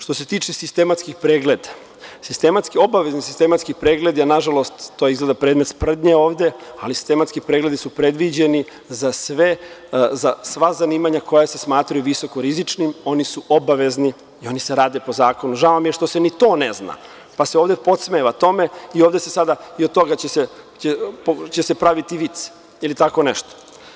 Što se tiče sistematskih pregleda, obavezni sistematski pregledi, nažalost, izgleda da je predmet sprdnje ovde, ali sistematski pregledi su predviđeni za sva zanimanja koja se smatraju visoko rizičnim i oni su obavezni i oni se rade po zakonu, i žao mi je što se i to ne zna, pa se ovde podsmeva tome i od toga će se praviti vic ili tako nešto.